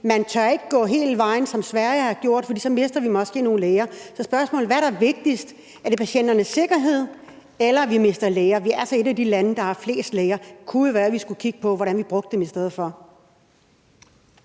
man tør ikke gå hele vejen, som Sverige har gjort, for så mister vi måske nogle læger. Så spørgsmålet er: Hvad er vigtigst – er det patienternes sikkerhed, eller at vi mister læger? Vi er altså et af de lande, der har flest læger, og det kunne jo være, at vi i stedet for skulle kigge på, hvordan vi brugte dem. Kl.